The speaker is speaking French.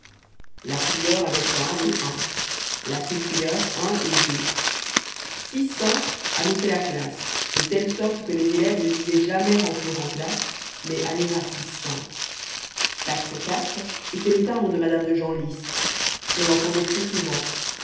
la prieure avait un et un la sous prieure un et deux six cinq annonçait la classe de telle sorte que les élèves ne disaient jamais rentrer en classe mais aller à six cinq quatre quatre était le timbre de madame de genlis on l'entendait très souvent